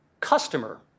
customer